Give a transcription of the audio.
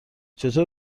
چطور